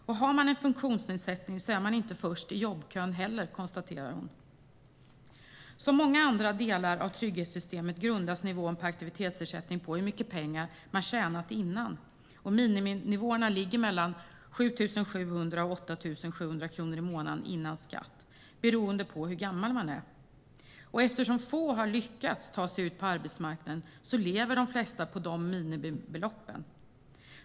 Och har man en funktionsnedsättning är man inte först i jobbkön heller, konstaterar hon. Som många andra delar av trygghetssystemet grundas nivån på aktivitetsersättningen på hur mycket pengar man tjänat innan. Miniminivåerna ligger på mellan 7 700 och 8 700 kronor i månaden före skatt, beroende på hur gammal man är. Eftersom få har lyckats ta sig ut på arbetsmarknaden lever de flesta på dessa minimibelopp.